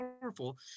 powerful